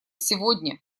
сегодня